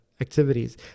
activities